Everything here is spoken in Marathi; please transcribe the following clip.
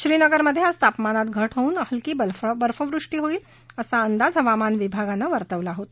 श्रीनगरमध्ये आज तापमानात घट होऊन हलकी बर्फवृष्टी होईल असा अंदाज हवामान विभागानं वर्तवला होता